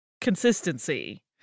consistency